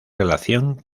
relación